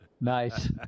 Nice